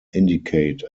indicate